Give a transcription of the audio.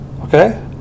Okay